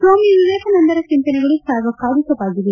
ಸ್ವಾಮಿ ವಿವೇಕಾನಂದರ ಚಿಂತನೆಗಳು ಸಾರ್ವಕಾಲಿಕವಾಗಿವೆ